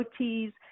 OTs